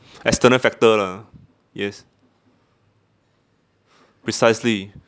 external factor lah yes precisely